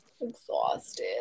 Exhausted